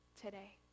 today